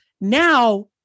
Now